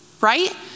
right